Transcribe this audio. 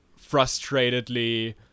frustratedly